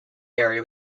area